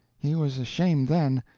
he was ashamed then,